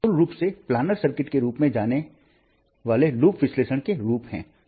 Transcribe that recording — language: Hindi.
यह मूल रूप से प्लानर सर्किट के रूप में जाने जाने वाले लूप विश्लेषण के रूप हैं